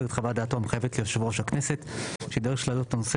את חוות דעתו המחייבת ליושב ראש הכנסת שיידרש להעלות את הנושא